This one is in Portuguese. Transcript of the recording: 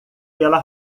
pela